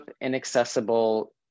inaccessible